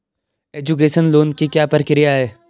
Education loan की क्या प्रक्रिया है?